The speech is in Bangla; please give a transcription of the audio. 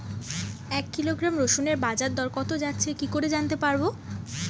এক কিলোগ্রাম রসুনের বাজার দর কত যাচ্ছে কি করে জানতে পারবো?